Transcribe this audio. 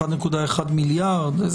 1.1 מיליארד.